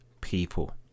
people